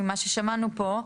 ממה ששמענו פה,